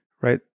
right